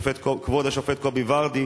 כבוד השופט קובי ורדי,